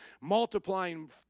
multiplying